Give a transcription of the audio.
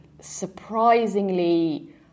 surprisingly